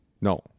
No